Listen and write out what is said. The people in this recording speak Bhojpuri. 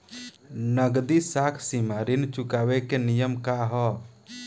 नगदी साख सीमा ऋण चुकावे के नियम का ह?